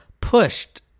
pushed